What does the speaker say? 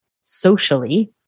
socially